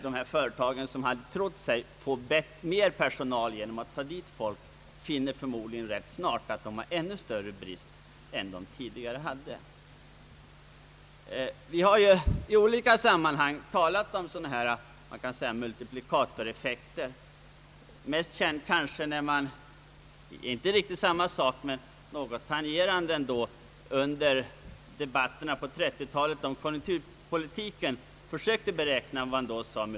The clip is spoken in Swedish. De företag som hade trott sig få mer personal genom att ta dit folk finner förmodligen ganska snart att de har en ännu större brist på arbetskraft än de tidigare hade. Man har i olika sammanhang talat om »multiplikatoreffekter». Tangerande dagens spörsmål är debatterna på 1930 talet om konjunkturpolitiken, då man försökte beräkna sådan effekter.